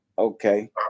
okay